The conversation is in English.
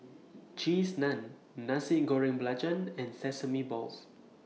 Cheese Naan Nasi Goreng Belacan and Sesame Balls